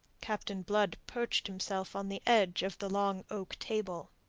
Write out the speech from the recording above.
captain blood perched himself on the edge of the long oak table.